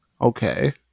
Okay